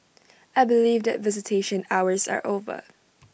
I believe that visitation hours are over